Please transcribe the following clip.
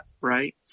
right